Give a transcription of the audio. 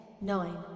nine